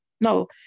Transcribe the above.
No